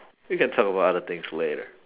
we can talk about other things later